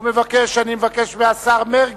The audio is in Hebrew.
ואני אבקש מהשר מרגי,